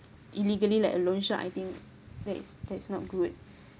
illegally like a loan shark I think that is that is not good